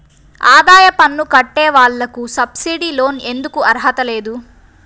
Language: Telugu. ఆదాయ పన్ను కట్టే వాళ్లకు సబ్సిడీ లోన్ ఎందుకు అర్హత లేదు?